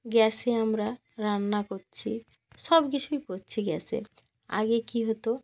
গ্যাসে আমরা রান্না করছি সব কিছুই করছি গ্যাসে আগে কী হতো